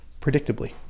predictably